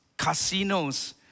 casinos